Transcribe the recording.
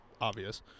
obvious